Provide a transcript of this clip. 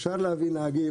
אפשר להביא נהגים,